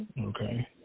Okay